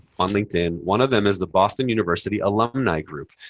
um linkedin. one of them is the boston university alumni group.